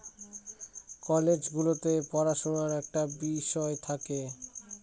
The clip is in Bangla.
কলেজ গুলোতে পড়াশুনার একটা বিষয় থাকে